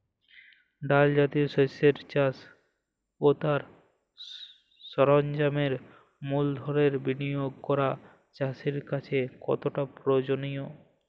ডাল জাতীয় শস্যের চাষ ও তার সরঞ্জামের মূলধনের বিনিয়োগ করা চাষীর কাছে কতটা প্রয়োজনীয়?